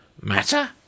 Matter